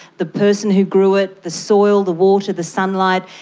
the person who grew it, the soil, the water, the sunlight.